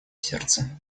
сердце